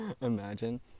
Imagine